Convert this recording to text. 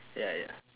ya ya